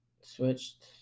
switched